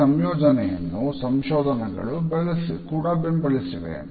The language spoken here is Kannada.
ಈ ಸಂಯೋಜನೆಯನ್ನು ಸಂಶೋಧನೆಗಳು ಕೂಡ ಬೆಂಬಲಿಸಿವೆ